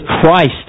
Christ